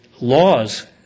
laws